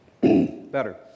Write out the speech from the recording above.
Better